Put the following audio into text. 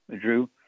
Drew